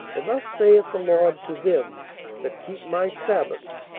for thus saith the lord to' them that keep my sabbaths,